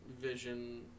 Vision